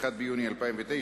1 ביוני 2009,